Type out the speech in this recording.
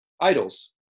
idols